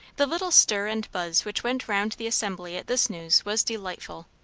the little stir and buzz which went round the assembly at this news was delightful.